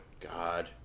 God